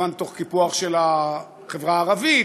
כמובן תוך קיפוח של החברה הערבית,